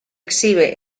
exhibe